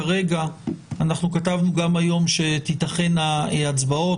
כרגע כתבנו גם היום שתיתכנה הצבעות.